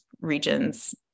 regions